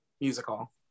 Musical